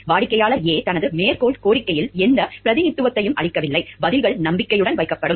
வாடிக்கையாளர் A தனது மேற்கோள் கோரிக்கையில் எந்தப் பிரதிநிதித்துவத்தையும் அளிக்கவில்லை பதில்கள் நம்பிக்கையுடன் வைக்கப்படும்